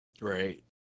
Right